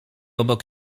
obok